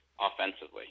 offensively